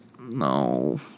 No